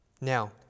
Now